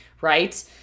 right